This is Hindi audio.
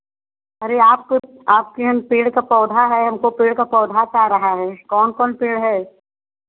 अरे आपको आपके हन पेड़ का पौधा है हमको पेड़ का पौधा चाह रहा है कौन कौन पेड़ है